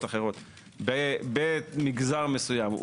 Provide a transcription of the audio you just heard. אני רוצה לשאול במשרד הכלכלה האם אנו יכולים